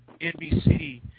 NBC